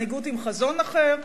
מנהיגות עם חזון אחר,